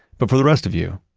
but for the rest of you,